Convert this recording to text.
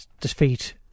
defeat